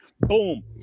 Boom